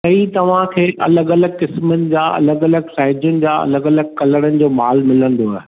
साईं तव्हां खे अलॻि अलॻि क़िस्मनि जा अलॻि अलॻि साइज़ुनि जा अलॻि अलॻि कलरनि जो माल मिलंदव